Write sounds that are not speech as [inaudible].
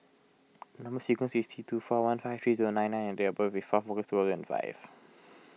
Number Sequence is T two four one five three zero nine I and date of birth is fourth August two thousand and five [noise]